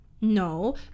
no